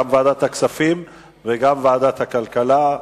גם ועדת הכספים וגם ועדת הכלכלה,